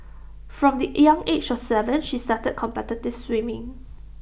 from the young age of Seven she started competitive swimming